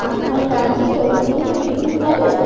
আপনার গাড়ি কি কলকাতা থেকে বীরভূম যাবে